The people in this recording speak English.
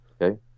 okay